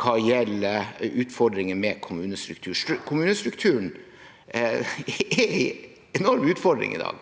hva gjelder utfordringer med kommunestrukturen. Kommunestrukturen er en enorm utfordring i dag,